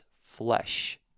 flesh